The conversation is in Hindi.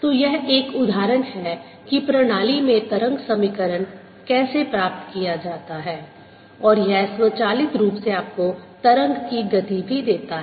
तो यह एक उदाहरण है कि प्रणाली में तरंग समीकरण कैसे प्राप्त किया जाता है और यह स्वचालित रूप से आपको तरंग की गति भी देता है